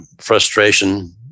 frustration